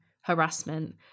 harassment